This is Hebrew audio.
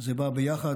בא ביחד,